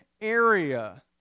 area